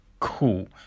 cool